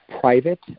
private